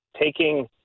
taking